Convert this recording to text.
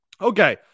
Okay